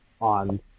on